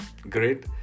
Great